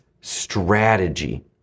strategy